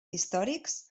històrics